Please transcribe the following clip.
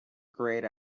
great